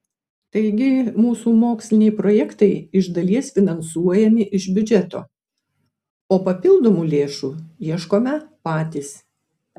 taigi mūsų moksliniai projektai iš dalies finansuojami iš biudžeto o papildomų lėšų ieškome patys